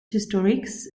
historiques